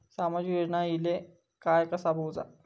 सामाजिक योजना इले काय कसा बघुचा?